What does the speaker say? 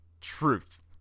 truth